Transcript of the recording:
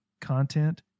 content